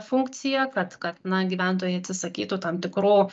funkcija kad kad na gyventojai atsisakytų tam tikrų